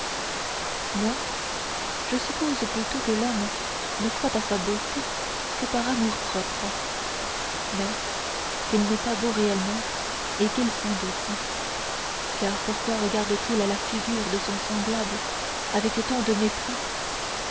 moi je suppose plutôt que l'homme ne croit à sa beauté que par amour-propre mais qu'il n'est pas beau réellement et qu'il s'en doute car pourquoi regarde-t-il la figure de son semblable avec tant de mépris